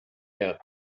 had